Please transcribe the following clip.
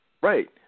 Right